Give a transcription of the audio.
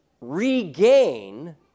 regain